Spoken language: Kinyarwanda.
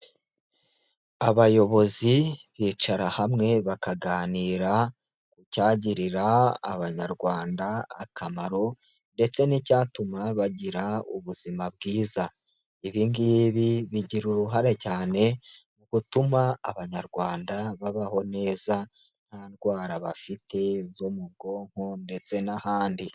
Abayobozi bicara hamwe bakaganira ku cyagirira Abanyarwanda akamaro ndetse n'icyatuma bagira ubuzima bwiza, ibi ngibi bigira uruhare cyane mu gutuma Abanyarwanda babaho neza nta ndwara bafite zo mu bwonko ndetse n'ahandi.